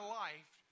life